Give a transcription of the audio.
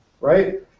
Right